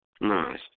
Nice